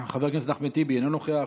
חבר הכנסת אחמד טיבי, אינו נוכח,